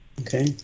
Okay